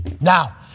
Now